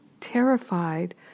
terrified